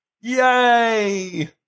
Yay